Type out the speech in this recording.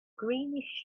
greenish